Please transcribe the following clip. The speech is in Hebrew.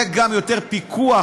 יהיה גם יותר פיקוח,